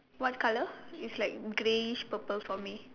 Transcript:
what colour is like greyish purple for me